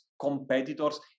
Competitors